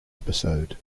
episode